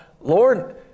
Lord